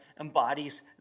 embodies